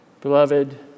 Beloved